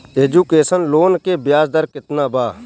Education loan के ब्याज दर केतना बा?